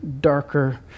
darker